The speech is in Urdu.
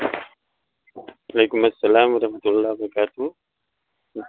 وعلیکم السلام و رحمتہ اللہ و برکاتہ